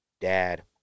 dad